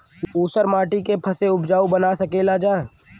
ऊसर माटी के फैसे उपजाऊ बना सकेला जा?